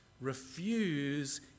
refuse